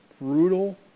brutal